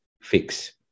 fix